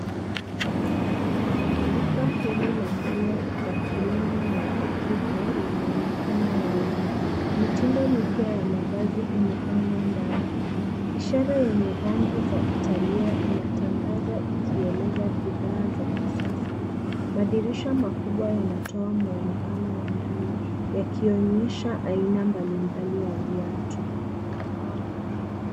Duka hili la nguo za kiume na za kike linaonekana wazi. Mitindo mipya ya mavazi imepangwa ndani. Ishara yenye rangi za Italia inatangaza ikieleza bidhaa za kisasa. Madirisha makubwa yanatoa mwonekano wa ndani yakionesha aina mbalimbali ya viatu.